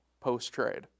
post-trade